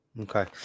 Okay